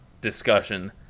discussion